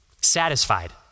satisfied